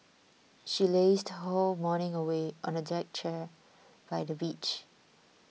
she lazed whole morning away on a deck chair by the beach